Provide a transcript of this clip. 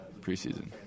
preseason